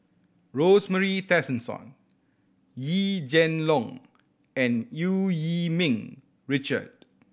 Rosemary Tessensohn Yee Jenn Long and Yu Yee Ming Richard